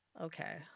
Okay